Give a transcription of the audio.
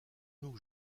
nous